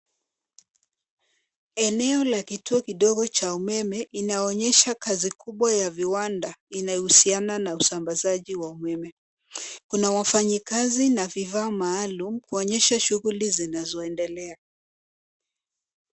Eneo la kituo kidogo cha umeme inaonesha kazi kubwa ya viwanda inayohusiana na usambazaji wa umeme. Kuna wafanyikazi na vifaa maalum kuonesha shughuli zinazoendelea.